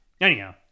Anyhow